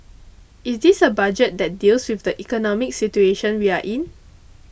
is this a budget that deals with the economic situation we are in